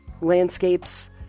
landscapes